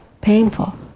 painful